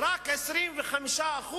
ורק 25%